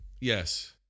Yes